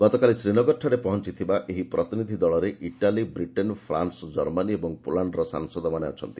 ଗତକାଲି ଶୀନଗରଠାରେ ପହଞ୍ଚଥିବା ଏହି ପ୍ରତିନିଧି ଦଳରେ ଇଟାଲୀ ବିଟେନ ଫ୍ରାନ୍କ କର୍ମାନୀ ଓ ପୋଲାଣ୍ଡର ସାଂସଦମାନେ ଅଛନ୍ତି